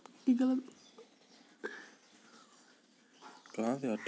क्या मैं e commerce के ज़रिए कृषि यंत्र के मूल्य में बारे में जान सकता हूँ?